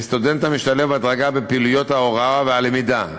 וסטודנט המשתלב בהדרגה בפעילויות ההוראה והלמידה,